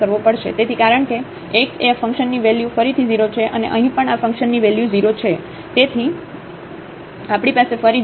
તેથી કારણ કે x એ આ ફંકશનની વેલ્યુ ફરીથી 0 છે અને અહીં પણ આ ફંકશનની વેલ્યુ 0 છે તેથી આપણી પાસે ફરી 0 છે